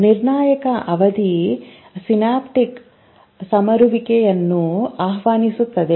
ನಿರ್ಣಾಯಕ ಅವಧಿ ಸಿನಾಪ್ಟಿಕ್ ಸಮರುವಿಕೆಯನ್ನು ಆಹ್ವಾನಿಸುತ್ತದೆ